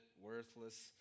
worthless